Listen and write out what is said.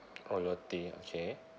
oh Lotte okay